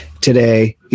today